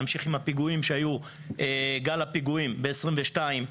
נמשיך עם גל הפיגועים ב-2022,